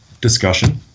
discussion